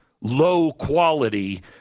low-quality